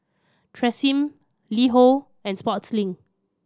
Tresemme LiHo and Sportslink